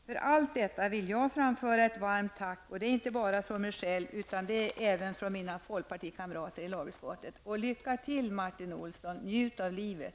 För allt detta vill jag och mina folkpartikamrater i lagutskottet framföra ett varmt tack. Lycka till Martin Olsson, och njut av livet!